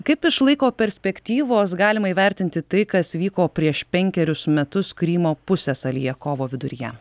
kaip iš laiko perspektyvos galima įvertinti tai kas vyko prieš penkerius metus krymo pusiasalyje kovo viduryje